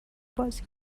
بازی